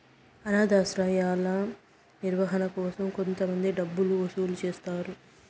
అనాధాశ్రమాల నిర్వహణ కోసం కొంతమంది డబ్బులు వసూలు చేస్తారు